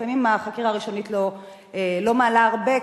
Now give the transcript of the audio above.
לפעמים החקירה הראשונית לא מעלה הרבה,